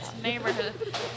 neighborhood